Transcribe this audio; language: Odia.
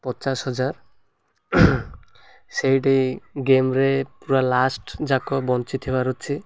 ପଚାଶ ହଜାର ସେଇଠି ଗେମ୍ରେ ପୁରା ଲାଷ୍ଟ ଯାକ ବଞ୍ଚିଥିବାର ଅଛି